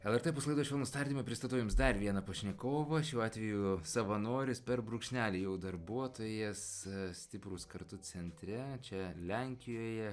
lrt opus laidoj švelnūs tardymai pristatau jums dar vieną pašnekovą šiuo atveju savanoris per brūkšnelį jau darbuotojas stiprūs kartu centre čia lenkijoje